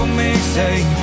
mixtape